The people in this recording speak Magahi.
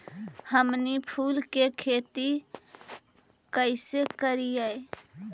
हमनी फूल के खेती काएसे करियय?